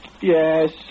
Yes